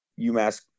UMass